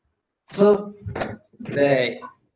so like